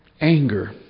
Anger